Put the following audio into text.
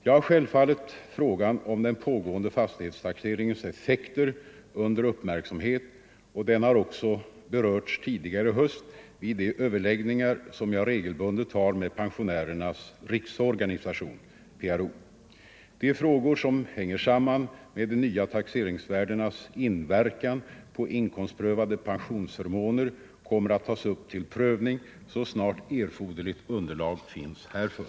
Jag har självfallet frågan om den pågående fastighetstaxeringens effekter under uppmärksamhet och den har också berörts tidigare i höst vid de överläggningar som jag regelbundet har med Pensionärernas riksorganisation . De frågor som hänger samman med de nya taxeringsvärdenas inverkan på inkomstprövade pensionsförmåner kommer att tas upp till prövning så snart erforderligt underlag finns härför.